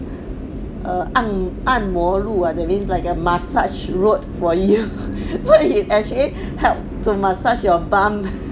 err 按按摩路：an an mo lu ah that mean like their massage route for you so it actually help to massage your bum